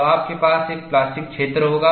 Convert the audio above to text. तो आपके पास एक प्लास्टिक क्षेत्र होगा